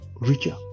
richer